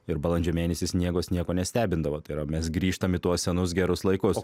ir balandžio mėnesį sniegas nieko nestebindavo tai yra mes grįžtam į tuos senus gerus laikus